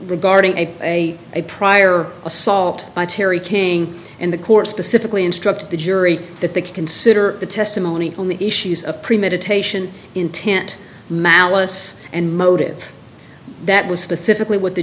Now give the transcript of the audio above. regarding a a a prior assault by terry king in the course specifically instruct the jury that they consider the testimony only issues of premeditation intent malice and motive that was specifically what the